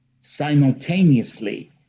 simultaneously